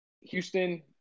Houston